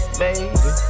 baby